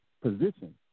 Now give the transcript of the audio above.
position